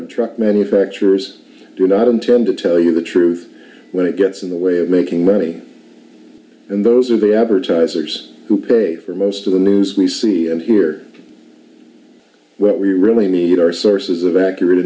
car truck manufacturers do not intend to tell you the truth when it gets in the way of making money and those are the advertisers who pay for most of the news we see and hear what we really need are sources of accurate